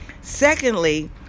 Secondly